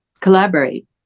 collaborate